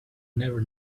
never